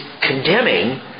condemning